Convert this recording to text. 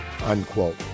unquote